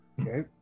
Okay